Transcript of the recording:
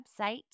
website